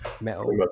metal